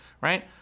right